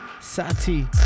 Sati